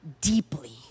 deeply